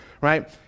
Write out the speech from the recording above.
right